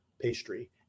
pastry